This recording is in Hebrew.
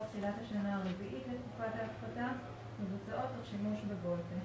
תחילת השנה השנייה לתקופת ההפחתה מבוצעות תוך שימוש ב-VoLTE.